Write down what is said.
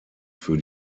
für